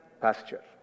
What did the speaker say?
pasture